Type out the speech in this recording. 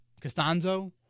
Costanzo